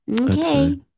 Okay